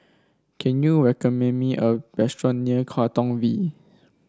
can you recommend me a restaurant near Katong V